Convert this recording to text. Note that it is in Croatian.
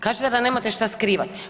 Kažete da nemate što skrivati.